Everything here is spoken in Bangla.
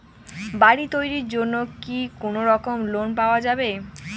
বাড়ি তৈরির জন্যে কি কোনোরকম লোন পাওয়া যাবে?